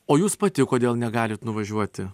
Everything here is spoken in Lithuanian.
o jūs pati kodėl negalit nuvažiuoti